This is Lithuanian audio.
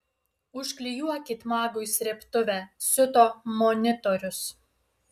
užklijuokit magui srėbtuvę siuto monitorius